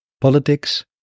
politics